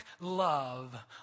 love